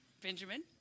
Benjamin